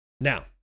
Now